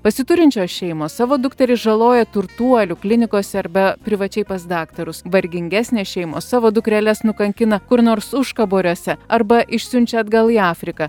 pasiturinčios šeimos savo dukteris žaloja turtuolių klinikose arba privačiai pas daktarus vargingesnės šeimos savo dukreles nukankina kur nors užkaboriuose arba išsiunčia atgal į afriką